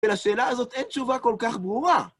ולשאלה הזאת אין תשובה כל כך ברורה.